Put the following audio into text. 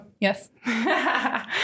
Yes